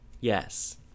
Yes